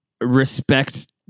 respect